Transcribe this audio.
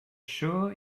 sure